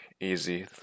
easy